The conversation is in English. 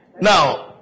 Now